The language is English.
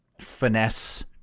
finesse